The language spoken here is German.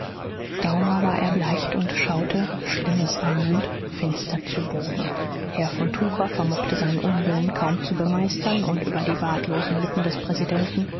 daumer war erbleicht und schaute schlimmes ahnend finster zu boden herr von tucher vermochte seinen unwillen kaum zu bemeistern und über die bartlosen lippen des präsidenten